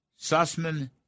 Sussman